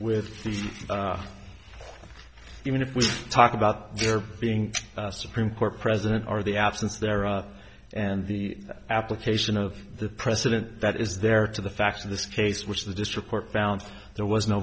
with these even if we talk about there being a supreme court president or the absence thereof and the application of the precedent that is there to the facts of this case which the district court found there was no